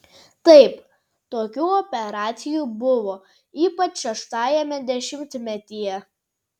taip tokių operacijų buvo ypač šeštajame dešimtmetyje